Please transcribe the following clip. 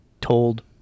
told